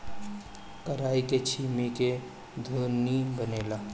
कराई के छीमी के घुघनी बनेला